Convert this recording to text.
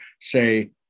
say